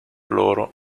loro